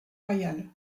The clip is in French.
royales